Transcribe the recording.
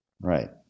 Right